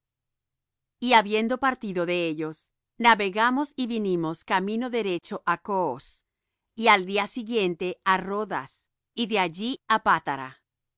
y habiendo partido de ellos navegamos y vinimos camino derecho á coos y al día siguiente á rhodas y de allí á pátara